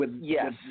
Yes